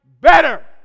better